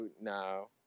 no